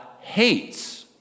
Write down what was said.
hates